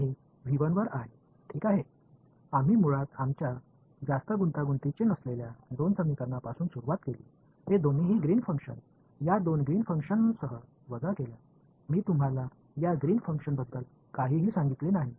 எனவே மிகவும் சிக்கலான ஒன்றும் இல்லை நாம் நம்முடைய இரண்டு சமன்பாடுகளுடன் தொடங்கினோம் இந்த இரண்டு பையன்களும் இந்த இரண்டு கிரீன்ஸ் செயல்பாடுகளுடன் கழிக்கப்படுகின்றனா் இந்த கிரீன்ஸ் செயல்பாட்டைப் பற்றி நான் உங்களுக்கு எதுவும் சொல்லவில்லை